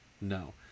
No